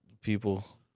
People